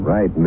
Right